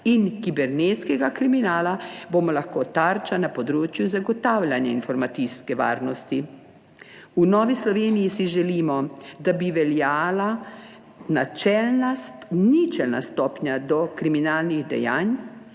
in kibernetskega kriminala bomo lahko tarča na področju zagotavljanja informacijske varnosti. V Novi Sloveniji si želimo, da bi veljala ničelna stopnja do kriminalnih dejanj